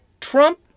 Trump